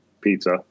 pizza